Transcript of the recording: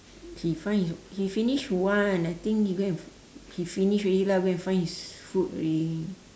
he find his he finish one I think he go and he finish already lah go and find his food already